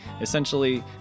essentially